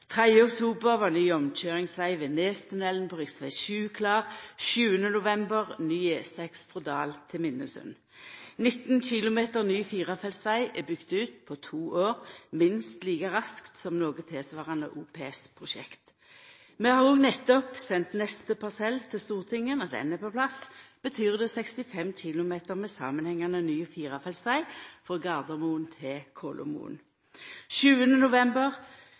oktober var ny omkøyringsveg ved Nestunnelen på rv. 7 klar, 7. november ny E6 frå Dal til Minnesund. 19 km ny firefeltsveg er bygd ut på to år, minst like raskt som noko tilsvarande OPS-prosjekt. Vi har også nettopp sendt neste parsell til Stortinget. Når han er på plass, betyr det 65 km med samanhengande ny firefeltsveg frå Gardermoen til Kolomoen. 7. november